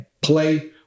play